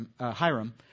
Hiram